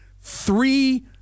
three